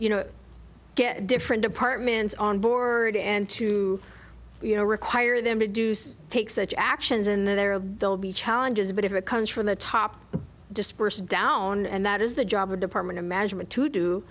you know get different departments on board and to you know require them to do some take such actions and there are they'll be challenges but if it comes from the top dispersed down and that is the job or department of measurement to do